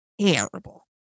terrible